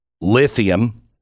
lithium